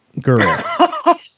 girl